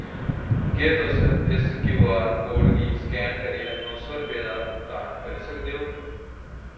केह् तुस इस क्यू आर कोड गी स्कैन करियै नौ सौ रपेऽ दा भुगतान करी सकदे ओ